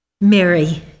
Mary